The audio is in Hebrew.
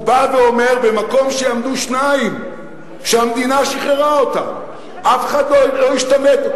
הוא בא ואומר שבמקום שעמדו שניים שהמדינה שחררה אותם ואף אחד לא השתמט,